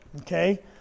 Okay